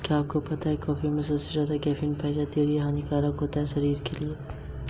क्या आप मेरे उपयोगिता बिल को कम करने में सहायता के लिए कोई सहायता कार्यक्रम प्रदान करते हैं?